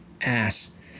ass